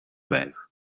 байв